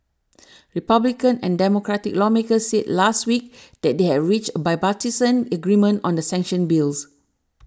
Republican and Democratic lawmakers said last week that they had reached a bipartisan agreement on the sanctions bills